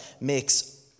makes